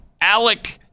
Alec